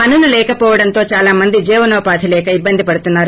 పనులు లేక పోవడంతో చాలా మంది జీవనోపాధి లేక ఇబ్బంది పడుతున్నారు